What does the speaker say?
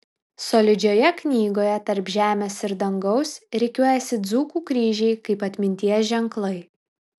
solidžioje knygoje tarp žemės ir dangaus rikiuojasi dzūkų kryžiai kaip atminties ženklai